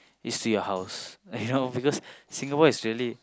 is to your house you know because Singapore is really